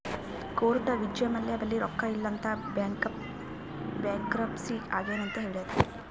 court Vijay Mallya ಬಲ್ಲಿ ರೊಕ್ಕಾ ಇಲ್ಲ ಅಂತ ಬ್ಯಾಂಕ್ರಪ್ಸಿ ಆಗ್ಯಾನ್ ಅಂತ್ ಹೇಳ್ಯಾದ್